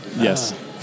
Yes